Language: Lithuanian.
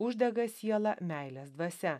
uždega sielą meilės dvasia